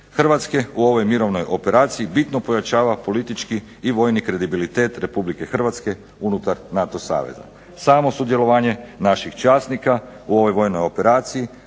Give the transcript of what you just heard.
Hrvatske u ovoj mirovnoj operaciji bitno pojačava politički i vojni kredibilitet Republike Hrvatske unutar NATO saveza. Samo sudjelovanje naših časnika u ovoj vojnoj operaciji,